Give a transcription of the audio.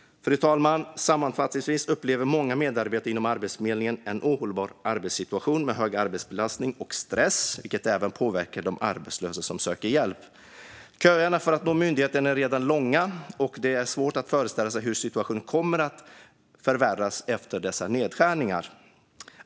Fru talman! Sammanfattningsvis upplever många medarbetare inom Arbetsförmedlingen en ohållbar arbetssituation med hög arbetsbelastning och stress, vilket även påverkar de arbetslösa som söker hjälp. Köerna för att nå myndigheten är redan långa, och det är svårt att föreställa sig hur situationen kommer att förvärras efter dessa nedskärningar.